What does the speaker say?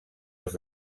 els